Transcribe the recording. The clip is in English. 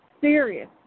serious